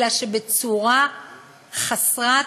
אלא שבצורה חסרת